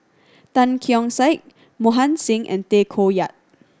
Tan Keong Saik Mohan Singh and Tay Koh Yat